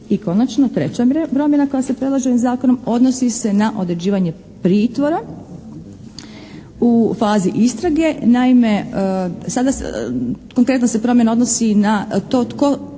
I konačno treća promjena koja se predlaže ovim zakonom odnosi se na određivanje pritvora u fazi istrage. Naime, sada se konkretno se promjena odnosi na to tko